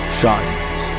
shines